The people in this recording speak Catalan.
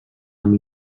amb